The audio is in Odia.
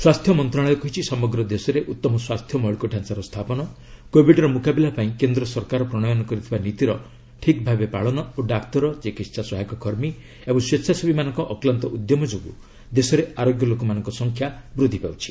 ସ୍ୱାସ୍ଥ୍ୟ ମନ୍ତ୍ରଣାଳୟ କହିଛି ସମଗ୍ର ଦେଶରେ ଉତ୍ତମ ସ୍ୱାସ୍ଥ୍ୟ ମୌଳିକ ଡ଼ାଞ୍ଚାର ସ୍ଥାପନ କୋବିଡର ମୁକାବିଲା ପାଇଁ କେନ୍ଦ୍ର ସରକାର ପ୍ରଣୟନ କରିଥିବା ନୀତିର ଠିକ୍ଭାବେ ପାଳନ ଓ ଡାକ୍ତର ଚିକିତ୍ସା ସହାୟକ କର୍ମୀ ଏବଂ ସ୍ୱେଚ୍ଚାସେବୀମାନଙ୍କ ଅକ୍ଲାନ୍ତ ଉଦ୍ୟମ ଯୋଗୁଁ ଦେଶରେ ଆରୋଗ୍ୟ ଲୋକଙ୍କ ସଂଖ୍ୟା ବୃଦ୍ଧି ପାଉଛି